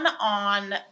on